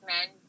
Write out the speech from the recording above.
men